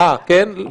אה, כן?